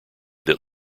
that